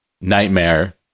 nightmare